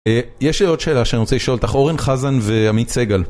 יש לי עוד שאלה שאני רוצה לשאול אותך, אורן חזן ועמית סגל.